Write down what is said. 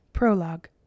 Prologue